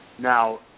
Now